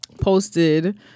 Posted